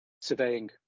surveying